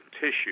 tissue